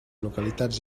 localitats